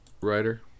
writer